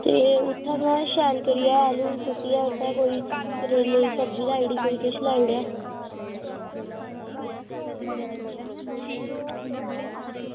ते उत्थें में शैल करियै करेले दी सब्ज़ी लाई ओड़ी किश केह् करी ओड़ेआ